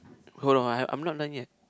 hold on I I'm not done yet